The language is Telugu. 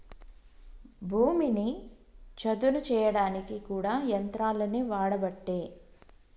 భూమిని చదును చేయడానికి కూడా యంత్రాలనే వాడబట్టే